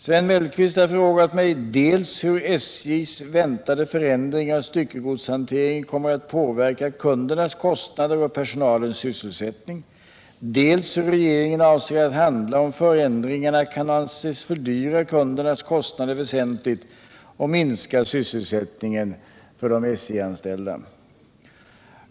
Sven Mellqvist har frågat mig dels hur SJ:s väntade förändring av styckegodshanteringen kommer att påverka kundernas kostnader och personalens sysselsättning, dels hur regeringen avser att handla om förändringarna kan anses fördyra kundernas kostnader väsentligt och minska sysselsättningen för de SJ-anställda.